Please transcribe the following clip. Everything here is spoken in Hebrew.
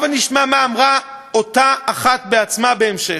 הבה נשמע מה אמרה אותה אחת בעצמה בהמשך: